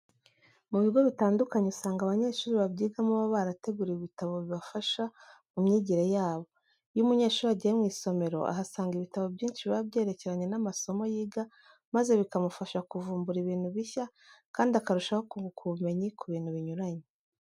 Mu bigo bitandukanye usanga abanyeshuri babyigamo baba barateguriwe ibitabo bibafasha mu myigire yabo. Iyo umunyeshuri agiye mu isomero ahasanga ibitabo byinshi biba byerekeranye n'amasomo yiga amaze bikamufasha kuvumbura ibintu bishya kandi akarushaho kunguka ubumenyi ku bintu binyuranye.